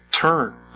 turn